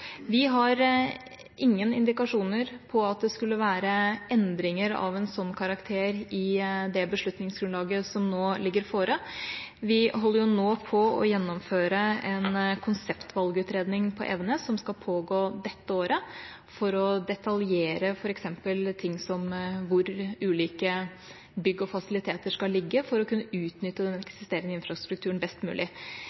Vi har ingen indikasjoner på at det skulle være endringer av en slik karakter i det beslutningsgrunnlaget som nå foreligger. Vi holder nå på å gjennomføre en konseptvalgutredning på Evenes som skal pågå dette året, for å detaljere ting som f.eks. hvor ulike bygg og fasiliteter skal ligge, for å kunne utnytte den